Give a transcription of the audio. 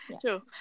True